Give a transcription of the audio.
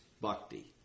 Bhakti